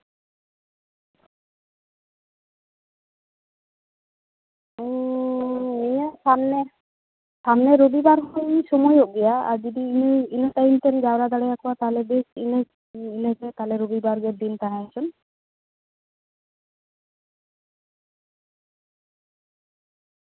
ᱥᱟᱵᱽᱢᱮ ᱥᱟᱢᱱᱮ ᱨᱚᱵᱤ ᱵᱟᱨ ᱦᱚᱧ ᱥᱚᱢᱚᱭᱚᱜ ᱜᱮᱭᱟ ᱟᱨ ᱡᱩᱫᱤ ᱤᱱᱟᱹ ᱴᱟᱭᱤᱢ ᱛᱮᱢ ᱡᱟᱣᱨᱟ ᱫᱟᱲᱮᱭᱟᱠᱚᱣᱟ ᱛᱟᱦᱞᱮ ᱵᱮᱥ ᱤᱱᱟᱹᱠᱷᱟᱱ ᱥᱟᱢᱱᱮ ᱨᱚᱵᱤ ᱵᱟᱨ ᱜᱮ ᱫᱤᱱ ᱛᱟᱦᱮᱸ ᱦᱚᱪᱚᱱ